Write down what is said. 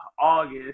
August